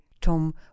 tom